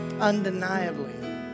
undeniably